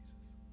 Jesus